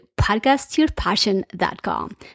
podcastyourpassion.com